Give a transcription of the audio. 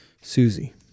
Susie